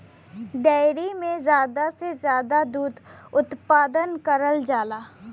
dairy में जादा से जादा दुधे के उत्पादन करल जाला